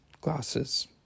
glasses